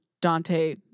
Dante